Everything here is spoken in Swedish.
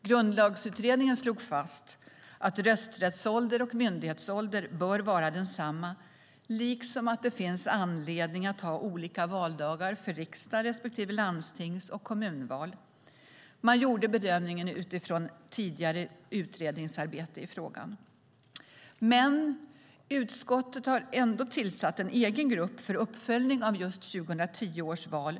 Grundlagsutredningen slog fast att rösträttsålder och myndighetsålder bör vara densamma, liksom att det finns anledning att ha olika valdagar för riksdags respektive landstings och kommunval. Man gjorde bedömningen utifrån tidigare utredningsarbete i frågan. Utskottet har trots det tillsatt en egen grupp för uppföljning av 2010 års val.